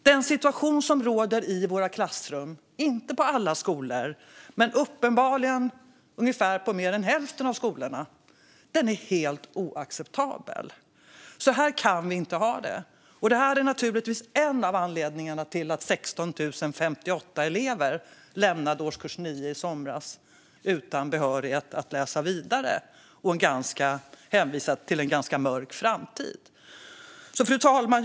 Den situation som råder i våra klassrum - inte på alla skolor, men uppenbarligen på mer än hälften av dem - är helt oacceptabel. Så kan vi inte ha det! Detta är naturligtvis en av anledningarna till att 16 058 elever i somras lämnade årskurs 9 utan behörighet att läsa vidare, hänvisade till en ganska mörk framtid. Fru talman!